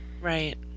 Right